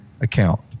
account